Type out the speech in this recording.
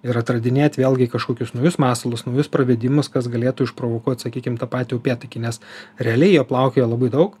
ir atradinėt vėlgi kažkokius naujus masalus naujus pravedimus kas galėtų išprovokuot sakykim tą patį upėtakį nes realiai jo plaukioja labai daug